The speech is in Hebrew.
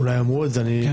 אולי אמרו את זה ופספסתי,